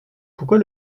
pourquoi